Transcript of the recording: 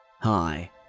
Hi